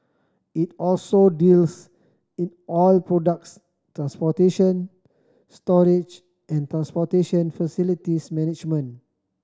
it also deals in oil products transportation storage and transportation facilities management